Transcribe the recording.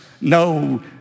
no